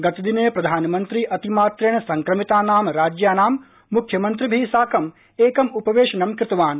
गतदिने प्रधानमन्त्री अतिमात्रेण संक्रमितानां राज्यानां मुख्यमन्त्रिभिः साकम् एकम् उपवेशनं कृतवान्